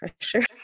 pressure